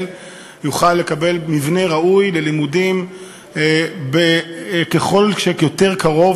יוכל לקבל מבנה ראוי ללימודים כמה שיותר קרוב,